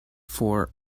for